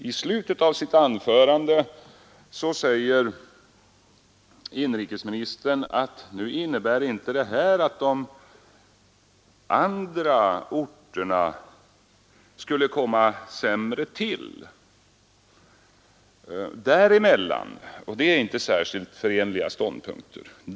I slutet av sitt anförande säger inrikesministern att nu innebär inte det här att de andra orterna skulle komma i ett sämre läge. Det är inte särskilt förenliga ståndpunkter.